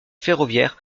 ferroviaire